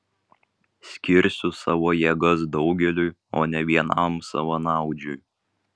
skirsiu savo jėgas daugeliui o ne vienam savanaudžiui